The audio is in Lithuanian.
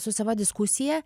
su sava diskusija